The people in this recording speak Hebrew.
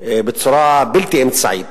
בצורה בלתי אמצעית,